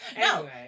no